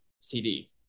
CD